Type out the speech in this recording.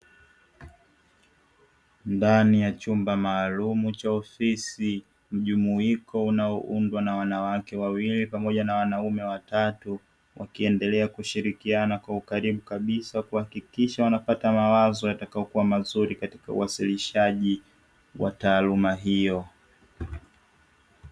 Ndani ya chumba maalumu cha ofisi, mjumuiko unaoundwa na wanawake wawili pamoja na wanawake watatu wakiendelea kushirikiana kwa ukaribu kabisa wakihakikisha wanapata mawazo yatakayo kuwa mazuri katika uwasilishaji wa taaluma hiyo.